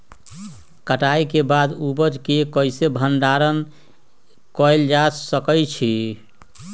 कटाई के बाद उपज के कईसे भंडारण कएल जा सकई छी?